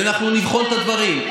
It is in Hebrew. ואנחנו נבחן את הדברים,